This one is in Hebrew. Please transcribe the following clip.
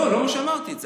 לא אמרתי את זה.